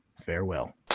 Farewell